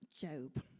Job